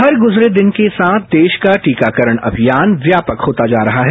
हर गुजरे दिन के साथ देश का टीकाकरण अभियान व्यापक होता जा रहा है